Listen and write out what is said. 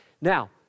Now